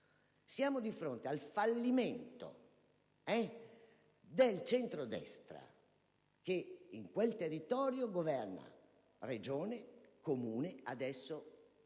siamo di fronte al fallimento del centrodestra che in quel territorio governa Regione, Comune e adesso anche